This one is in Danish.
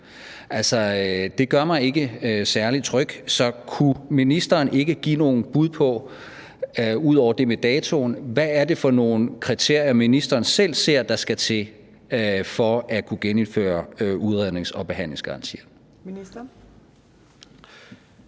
det gør mig ikke særlig tryg, så kunne ministeren ikke give nogle bud på, ud over det med datoen: Hvad er det for nogle kriterier, ministeren selv ser der skal til, for at kunne genindføre udrednings- og behandlingsgarantien?